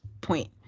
point